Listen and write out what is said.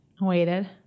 Waited